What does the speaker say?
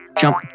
jump